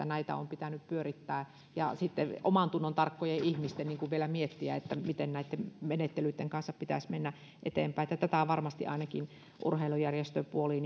näitä on pitänyt pyörittää ja sitten omantunnontarkkojen ihmisten vielä miettiä miten näitten menettelyitten kanssa pitäisi mennä eteenpäin varmasti ainakin urheilujärjestöpuoli